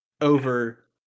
over